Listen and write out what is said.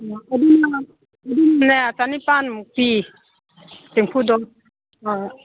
ꯑꯗꯨꯅꯅꯦ ꯆꯅꯤꯄꯥꯟꯃꯨꯛ ꯄꯤ ꯆꯦꯡꯐꯨꯗꯣ ꯑꯥ